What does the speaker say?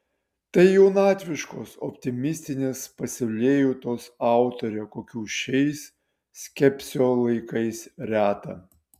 tai jaunatviškos optimistinės pasaulėjautos autorė kokių šiais skepsio laikais reta